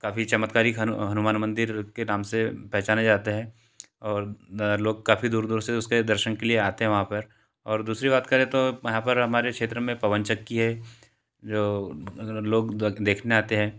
काफ़ी चमत्कारी हनुमान मंदिर के नाम से पहचाने जाते हैं और लोग काफ़ी दूर दूर से उसके दर्शन के आते हैं वहाँ पर और दूसरी बात करें तो वहाँ पर हमारे क्षेत्र में पवन चक्की है लोग देखने आते हैं